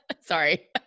Sorry